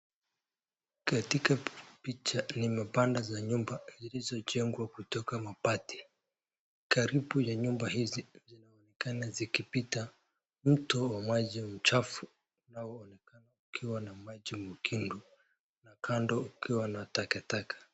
Katika picha Ni mabanda za nyumba zilizojengwa kutoka mabati. Karibu ya nyumba hizi kainazi kipita, mto wa maji mchafu na uoneka kiwa na maji mekundu na kando ikiwa na takataka.